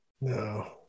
No